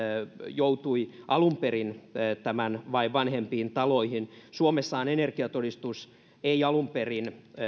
joutui alun perin tekemään tämän vain vanhempiin taloihin suomessahan energiatodistus ei alun perin